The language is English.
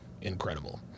Incredible